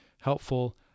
helpful